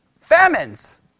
famines